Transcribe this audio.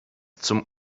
zum